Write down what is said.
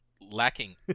Lacking